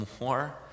more